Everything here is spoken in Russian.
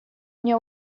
мне